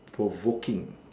provoking